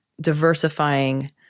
diversifying